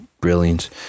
brilliance